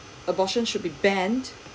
abortion should be banned